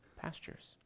pastures